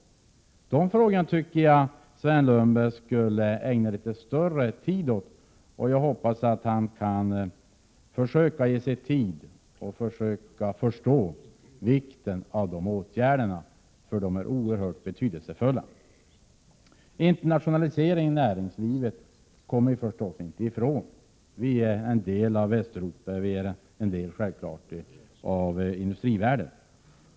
Åt dessa frågor borde Sven Lundberg ägna mera tid, och jag hoppas att han kan försöka förstå vikten av sådana åtgärder. De är oerhört betydelsefulla. Internationalisering i näringslivet kommer vi förstås inte ifrån. Vi är en del av Västeuropa och vi är självfallet en del av industrivärlden.